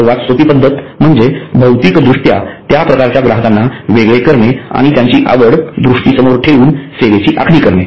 सर्वात सोपी पद्धत म्हणजे भौतिकदृष्ट्या त्या प्रकारच्या ग्राहकांना वेगळे करणे आणि त्यांची आवड दृष्टीसमोर ठेवून सेवेची आखणी करणे